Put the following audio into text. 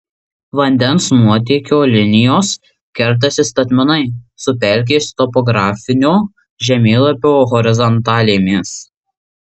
vandens nuotėkio linijos kertasi statmenai su pelkės topografinio žemėlapio horizontalėmis